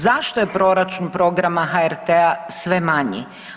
Zašto je proračun programa HRT-a sve manji?